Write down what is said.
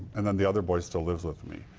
and then the other boy still lives with me.